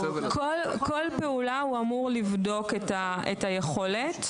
בכל פעולה הוא אמור לבדוק את היכולת.